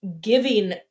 giving